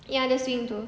yang ada swing tu